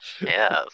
Yes